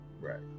Right